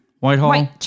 Whitehall